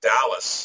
Dallas